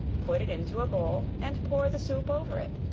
put it into a bowl, and pour the soup over it.